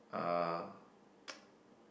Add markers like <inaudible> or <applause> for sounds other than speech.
uh <noise>